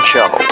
Show